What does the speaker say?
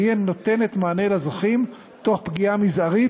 והיא נותנת מענה לזוכים תוך פגיעה מזערית,